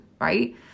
right